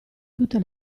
tutte